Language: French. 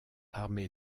armés